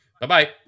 Bye-bye